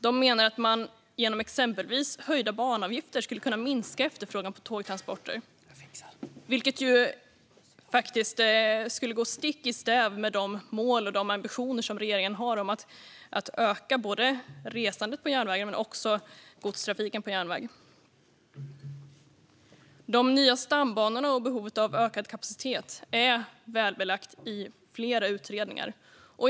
Den menar att man genom exempelvis höjda banavgifter skulle kunna minska efterfrågan på tågtransporter, vilket faktiskt skulle gå stick i stäv med de mål och ambitioner som regeringen har om att öka både resandet och godstrafiken på järnväg. Behovet av nya stambanor och ökad kapacitet är väl belagt i flera utredningar.